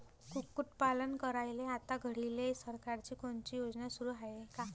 कुक्कुटपालन करायले आता घडीले सरकारची कोनची योजना सुरू हाये का?